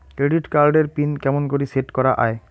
Credit card এর pin কেমন করি সেট করা য়ায়?